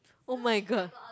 oh-my-god